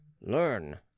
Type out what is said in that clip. Learn